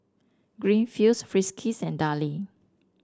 Greenfields Friskies and Darlie